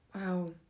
Wow